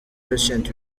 patient